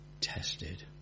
tested